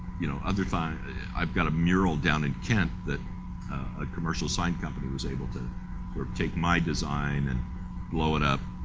you know other i've got a mural down in kent that a commercial sign company was able to take my design and blow it up,